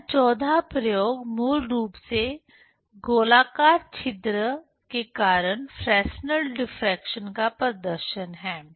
यहां 14 वाँ प्रयोग मूल रूप से गोलाकार छिद्र के कारण फ्रेस्नेल डिफ्रेक्शन का प्रदर्शन है